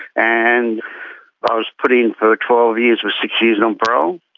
and i was put in for twelve years with six years non-parole,